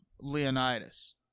Leonidas